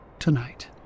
tonight